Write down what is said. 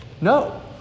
No